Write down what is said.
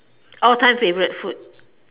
all time favourite food